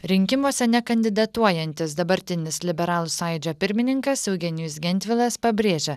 rinkimuose nekandidatuojantis dabartinis liberalų sąjūdžio pirmininkas eugenijus gentvilas pabrėžia